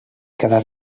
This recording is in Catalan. quedar